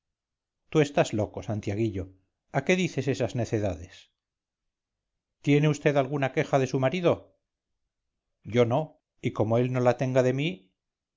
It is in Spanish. tú estás loco santiaguillo a qué dices esas necedades tiene vd alguna queja de su marido yo no y como él no la tenga de mí